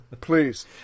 Please